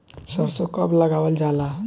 सरसो कब लगावल जाला?